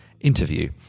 interview